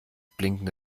blinkende